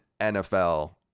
NFL